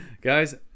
guys